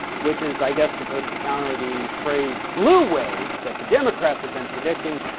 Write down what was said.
which is i guess supposed to counter the phrase, blue wave that the democrats have been predicting,